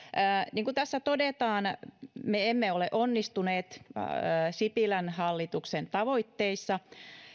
niin kuin tässä todetaan me emme ole onnistuneet sipilän hallituksen tavoitteissa